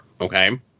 okay